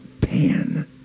pan